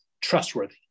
trustworthy